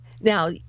Now